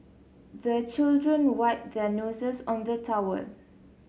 the children wipe their noses on the towel